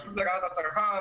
שהרשות להגנת הצרכן,